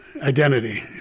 identity